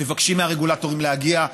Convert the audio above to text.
מבקשים מהרגולטורים להגיע,